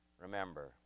remember